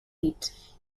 hit